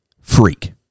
freak